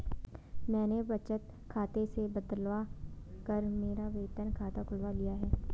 मैंने बचत खाते से बदलवा कर मेरा वेतन खाता खुलवा लिया था